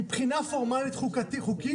מבחינה פורמאלית חוקית,